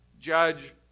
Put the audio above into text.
judge